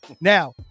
Now